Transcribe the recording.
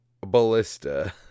ballista